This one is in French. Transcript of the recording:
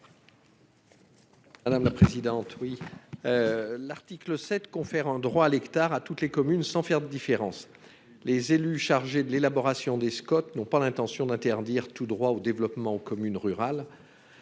M. Bernard Fialaire. L'article 7 confère un droit à l'hectare à toutes les communes, sans faire de distinction. Les élus chargés de l'élaboration des Scot n'ont pas l'intention d'interdire tout droit au développement aux communes rurales.